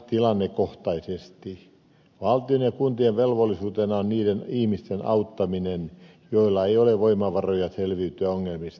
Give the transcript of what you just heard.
valtion ja kuntien velvollisuutena on niiden ihmisten auttaminen joilla ei ole voimavaroja selviytyä ongelmistaan